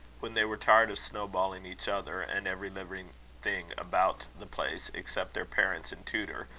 when they were tired of snowballing each other and every living thing about the place except their parents and tutor,